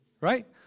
Right